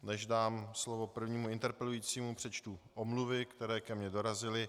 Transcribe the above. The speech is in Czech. Než dám slovo prvnímu interpelujícímu, přečtu omluvy, které ke mně dorazily.